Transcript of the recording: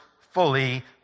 fully